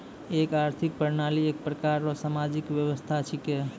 एक आर्थिक प्रणाली एक प्रकार रो सामाजिक व्यवस्था छिकै